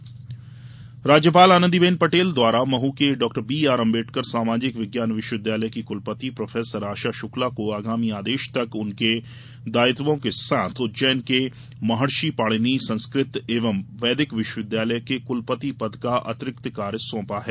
राज्यपाल राज्यपाल आनंदीबेन पटेल द्वारा मह के डॉ बीआर अंबेडकर सामाजिक विज्ञान विश्वविद्यालय की कुलपति प्रो आशा शुक्ला को आगामी आदेश तक उनके पदीय दायित्वों के साथ उज्जैन के महर्षि पाणिनी संस्कृत एवं वैदिक विश्वविद्यालय के कुलपति पद का अतिरिक्त कार्य सौंपा है